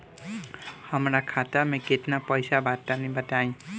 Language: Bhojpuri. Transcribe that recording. हमरा खाता मे केतना पईसा बा तनि बताईं?